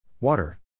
Water